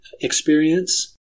experience